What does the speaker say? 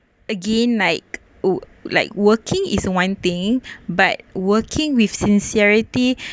again like oh like working is one thing but working with sincerity